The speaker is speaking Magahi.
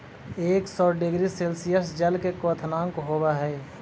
एक सौ डिग्री सेल्सियस जल के क्वथनांक होवऽ हई